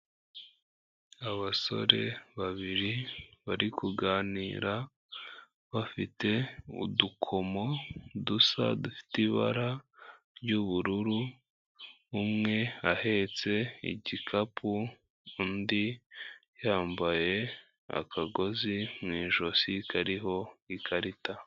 Abasore babiri bari kuganira bafite udukomo dusa dufite ibara ry'ubururu, umwe ahetse igikapu, undi yambaye akagozi mu ijosi kariho ikarita.